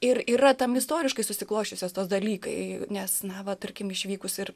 ir yra tam istoriškai susiklosčiusios tos dalykai nes na va tarkim išvykus ir